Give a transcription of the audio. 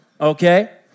okay